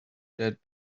der